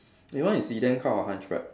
your one is sedan car or hunchback